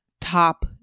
top